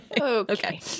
Okay